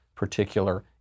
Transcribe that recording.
particular